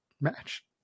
match